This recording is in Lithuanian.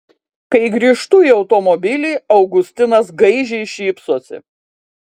kai grįžtu į automobilį augustinas gaižiai šypsosi